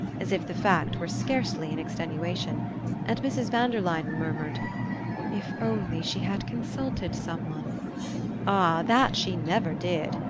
as if the fact were scarcely an extenuation and mrs. van der luyden murmured if only she had consulted some one ah, that she never did!